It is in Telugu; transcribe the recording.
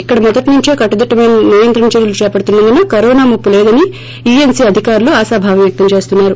ఇక్కడ మొదటి నుంచే కట్టుదిట్టమైన నియంత్రణ చర్యలు చేపడుతున్నందున కరోనా ముప్పు లేదని ఈఎన్సీ అధికారులు ఆశాభావం వ్యక్తం చేస్తున్నారు